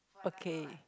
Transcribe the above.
okay